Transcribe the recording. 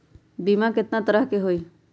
बीमा केतना तरह के होइ?